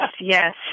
yes